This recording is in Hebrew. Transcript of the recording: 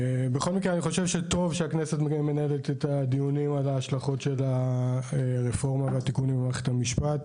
טוב שהכנסת מנהלת דיונים על השלכות הרפורמה במערכת המשפט,